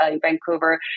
Vancouver